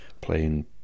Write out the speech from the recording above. playing